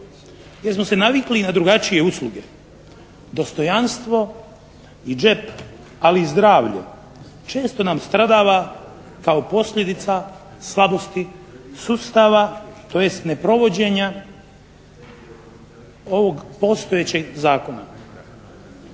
jer smo se navikli na drugačije usluge, dostojanstvo i džep, ali i zdravlje često nam stradava kao posljedica slabosti sustava tj. neprovođenja ovog postojećeg zakona.